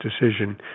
decision